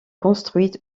construite